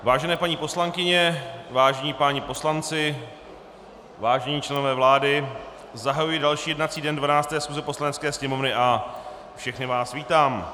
Vážené paní poslankyně, vážení páni poslanci, vážení členové vlády, zahajuji další jednací den 12. schůze Poslanecké sněmovny a všechny vás vítám.